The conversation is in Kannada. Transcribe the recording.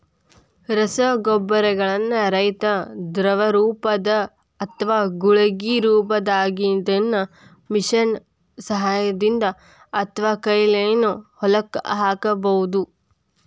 ರಸಗೊಬ್ಬರಗಳನ್ನ ರೈತಾ ದ್ರವರೂಪದ್ದು ಅತ್ವಾ ಗುಳಿಗಿ ರೊಪದಾಗಿದ್ದಿದ್ದನ್ನ ಮಷೇನ್ ನ ಸಹಾಯದಿಂದ ಅತ್ವಾಕೈಲೇನು ಹೊಲಕ್ಕ ಹಾಕ್ಬಹುದು